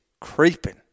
creeping